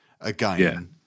Again